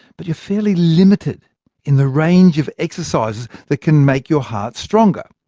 but you're fairly limited in the range of exercises that can make your heart stronger.